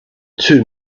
two